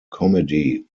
comedy